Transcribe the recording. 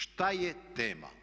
Šta je tema?